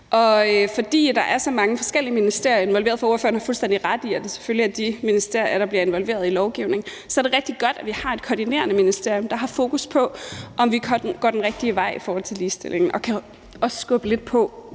Fordi der er så mange forskellige ministerier involveret – for ordføreren har fuldstændig ret i, at der selvfølgelig er de ministerier involveret i lovgivningen – er det rigtig godt, at vi har et koordinerende ministerium, der har fokus på, om vi går den rigtige vej i forhold til ligestillingen, og som også kan skubbe lidt på